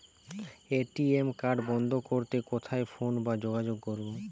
ATM card বন্ধ করতে কোথায় ফোন বা যোগাযোগ করব?